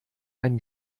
einen